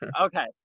Okay